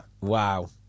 wow